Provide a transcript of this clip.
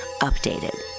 Updated